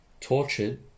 tortured